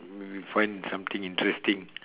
you find something interesting